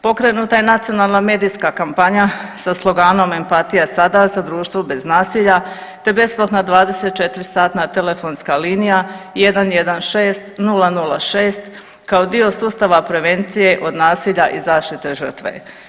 Pokrenuta je nacionalna medijska kampanja sa sloganom „Empatija sada za društvo bez nasilja“ te besplatna 24-satna telefonska linija 116006 kao dio sustava prevencije od nasilja i zaštite žrtve.